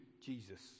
Jesus